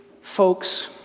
folks